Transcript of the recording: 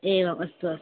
एवम् अस्तु अस्तु